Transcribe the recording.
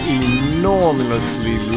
enormously